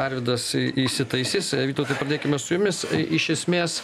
arvydas įsitaisys vytautai pradėkime su jumis iš esmės